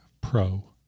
Pro